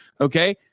okay